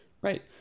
right